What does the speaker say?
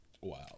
Wow